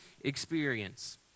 experience